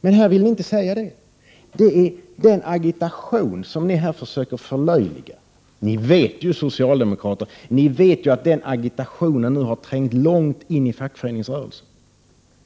Det här vill ni inte säga. Det är den agitationen som ni här försöker förlöjliga. Ni socialdemokrater vet ju att den agitationen nu har trängt långt in i fackföreningsrörelsen.